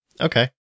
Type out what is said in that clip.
Okay